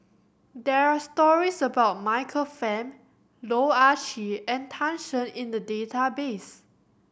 there are stories about Michael Fam Loh Ah Chee and Tan Shen in the database